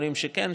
אומרים שכן,